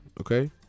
Okay